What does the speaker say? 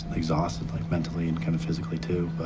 exhausted, like, mentally and kind of physically, too,